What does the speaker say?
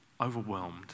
overwhelmed